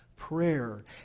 Prayer